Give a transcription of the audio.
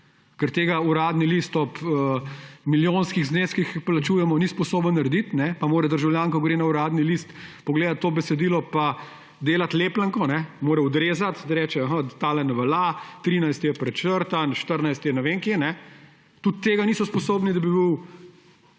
ker tega Uradni list ob milijonskih zneskih, ki jih plačujemo, ni sposoben narediti, pa mora državljan, ko gre na Uradni list pogledat to besedilo, delati lepljenko, mora odrezati, da reče, aha, tale ne velja, 13. je prečrtan, 14. je ne vem kje. Tudi tega niso sposobni, da bi bil